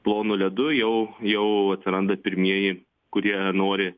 plonu ledu jau jau atsiranda pirmieji kurie nori